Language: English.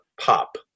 pop